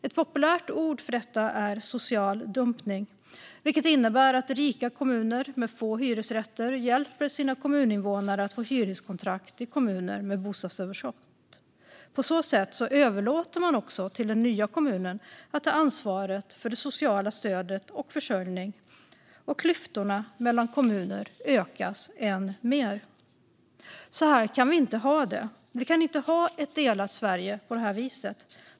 Ett populärt ord för detta är social dumpning. Det innebär att rika kommuner med få hyresrätter hjälper sina kommuninvånare att få hyreskontrakt i kommuner med bostadsöverskott. På så sätt överlåter man också till den nya kommunen att ta ansvaret för det sociala stödet och för försörjningen, och klyftorna mellan kommunerna ökas än mer. Så här kan vi inte ha det. Vi kan inte ha ett delat Sverige på det här viset.